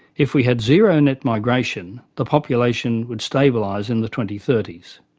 if we had zero net migration the population would stabilise in the twenty thirty s.